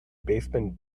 basement